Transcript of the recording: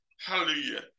Hallelujah